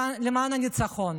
למען הניצחון.